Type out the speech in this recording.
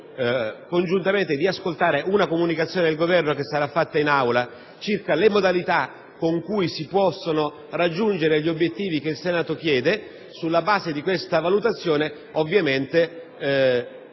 chiesto congiuntamente di ascoltare una comunicazione del Governo, che sarà fatta in Aula, circa le modalità con cui si possono raggiungere gli obiettivi che il Senato chiede. Sulla base di questa valutazione, i Gruppi